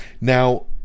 Now